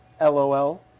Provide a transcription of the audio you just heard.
LOL